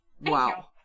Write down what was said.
Wow